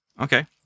Okay